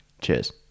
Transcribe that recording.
cheers